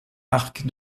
arc